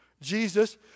Jesus